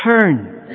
Turn